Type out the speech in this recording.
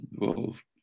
involved